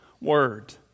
word